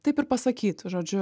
taip ir pasakyt žodžiu